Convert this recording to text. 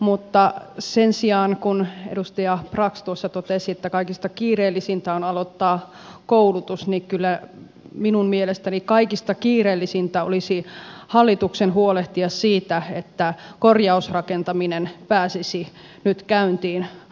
mutta sen sijaan kun edustaja brax tuossa totesi että kaikista kiireellisintä on aloittaa koulutus niin kyllä minun mielestäni kaikista kiireellisintä olisi hallituksen huolehtia siitä että korjausrakentaminen pääsisi nyt käyntiin